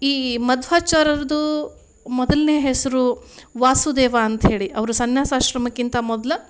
ಈ ಮಧ್ವಾಚಾರ್ಯರದ್ದು ಮೊದಲ್ನೇ ಹೆಸರು ವಾಸುದೇವ ಅಂತ ಹೇಳಿ ಅವರು ಸನ್ಯಾಸಾಶ್ರಮಕ್ಕಿಂತ ಮೊದ್ಲು